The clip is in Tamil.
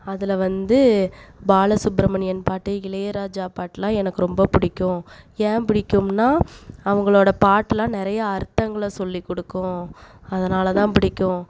அதில் வந்து பாலசுப்பிரமணியன் பாட்டு இளையராஜா பாட்டுலாம் எனக்கு ரொம்ப பிடிக்கும் ஏன் பிடிக்கும்னா அவங்களோட பாட்டுலாம் நிறையா அர்த்தங்களை சொல்லிக் கொடுக்கும் அதனால தான் பிடிக்கும்